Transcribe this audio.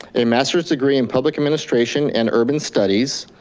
a masters degree in public administration and urban studies,